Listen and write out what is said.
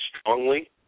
strongly